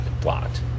blocked